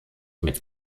mit